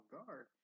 Guard